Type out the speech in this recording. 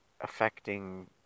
affecting